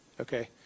Okay